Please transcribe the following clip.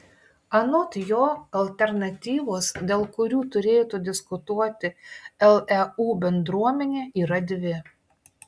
anot jo alternatyvos dėl kurių turėtų diskutuoti leu bendruomenė yra dvi